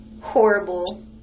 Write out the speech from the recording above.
horrible